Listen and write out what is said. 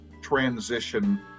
transition